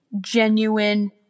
genuine